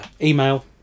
Email